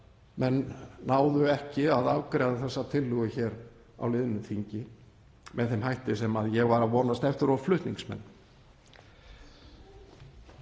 menn náðu ekki að afgreiða þessa tillögu hér á liðnu þingi með þeim hætti sem ég var að vonast eftir og flutningsmenn.